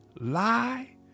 lie